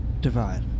divide